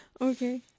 Okay